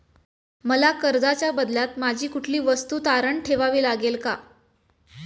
मला कर्जाच्या बदल्यात माझी कुठली वस्तू तारण ठेवावी लागेल का?